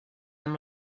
amb